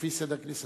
לפי סדר כניסתו.